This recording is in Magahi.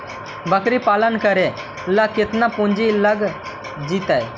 बकरी पालन करे ल केतना पुंजी लग जितै?